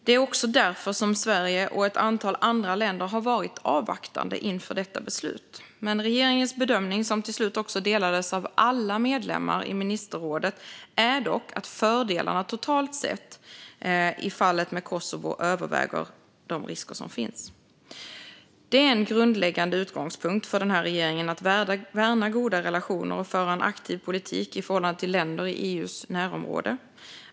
Det är också därför Sverige och ett antal andra länder har varit avvaktande inför detta beslut, men regeringens bedömning - som till slut också delades av alla medlemmar i ministerrådet - är att fördelarna i fallet med Kosovo totalt sett överväger de risker som finns. Det är en grundläggande utgångspunkt för den här regeringen att värna goda relationer och föra en aktiv politik i förhållande till länder i EU:s närområde.